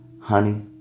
honey